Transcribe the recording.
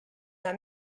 pas